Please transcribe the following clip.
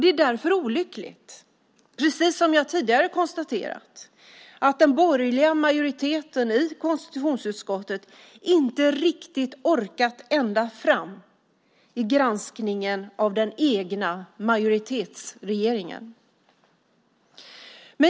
Det är därför olyckligt, precis som jag tidigare konstaterat, att den borgerliga majoriteten i konstitutionsutskottet inte riktigt orkat ända fram i granskningen av den egna majoritetsregeringen.